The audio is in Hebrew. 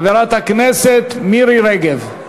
חברת הכנסת מירי רגב.